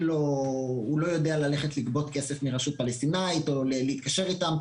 הוא לא יודע לגבות כסף מרשות פלסטינאית או להתקשר איתם.